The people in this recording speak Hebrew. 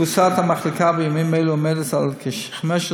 תפוסת המחלקה בימים אלה עומדת על כ-15